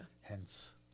Hence